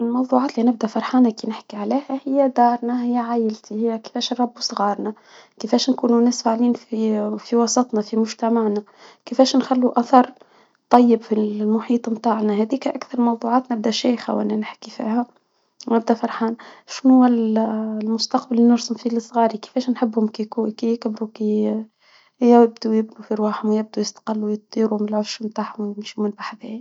الموضوعات اللي نبدا فرحانة كي نحكي عليها هي دارنا، هي عائلتي، كيفاش نربو صغارنا، كيفاش نكونو ناس فاعلين في في وسطنا، في مجتمعنا، كيفاش نخلو أثر طيب في المحيط بتاعنا، هاديكا أكثر موضوعات بدنا نشيخ و إحنا نحكي فيها، وغدا فرحان شنو هو ال المستقبل اللي نرسم فيه لصغاري، كيفاش نحبهم كي يكون كي كبروا كي يبدأوا يبنوا في أرواحهم، يبدأوا يستقلوا، يطيروا من العش بتاعهم، يمشوا من بحبان.